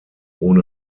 ohne